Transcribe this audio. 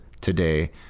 today